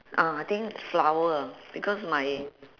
uh I think flower because my